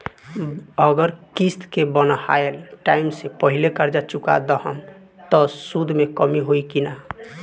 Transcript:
अगर किश्त के बनहाएल टाइम से पहिले कर्जा चुका दहम त सूद मे कमी होई की ना?